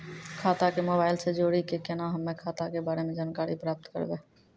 खाता के मोबाइल से जोड़ी के केना हम्मय खाता के बारे मे जानकारी प्राप्त करबे?